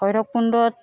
ভৈৰৱকুণ্ডত